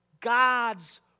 God's